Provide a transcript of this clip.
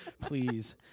please